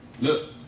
Look